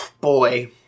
Boy